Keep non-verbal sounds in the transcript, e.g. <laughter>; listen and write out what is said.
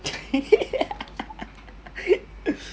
<laughs>